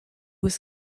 was